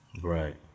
Right